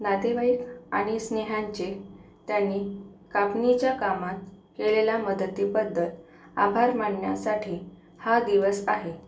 नातेवाईक आणि स्नेह्यांचे त्यांनी कापणीच्या कामात केलेल्या मदतीबद्दल आभार मानण्यासाठी हा दिवस आहे